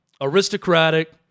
aristocratic